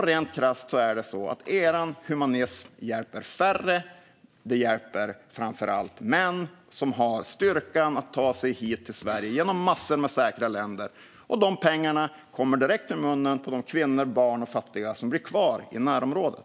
Rent krasst hjälper er humanism färre, och den hjälper framför allt män som har styrkan att ta sig hit till Sverige genom massor av säkra länder. Pengarna som det kostar tas direkt från de kvinnor, barn och fattiga som blir kvar i närområdet.